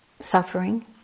suffering